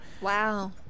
wow